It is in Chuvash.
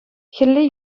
хӗлле